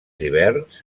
hiverns